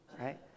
right